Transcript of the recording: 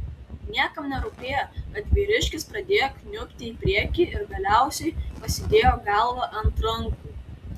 niekam nerūpėjo kad vyriškis pradėjo kniubti į priekį ir galiausiai pasidėjo galvą ant rankų